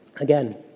Again